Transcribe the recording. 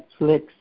Netflix